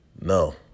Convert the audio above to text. No